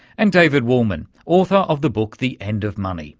and david wolman, author of the book the end of money.